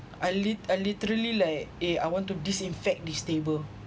I lit~ I literally like eh I want to disinfect this table